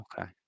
Okay